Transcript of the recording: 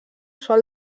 sol